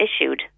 issued